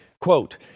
Quote